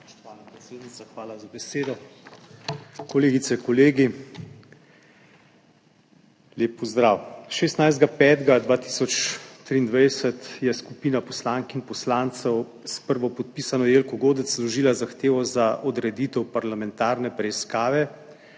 hvala za besedo. Kolegice, kolegi, lep pozdrav! 16. 5. 2023 je skupina poslank in poslancev s prvopodpisano Jelko Godec vložila zahtevo za odreditev parlamentarne preiskave